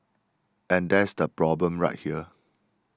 and that's the problem right there